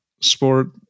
sport